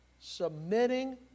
submitting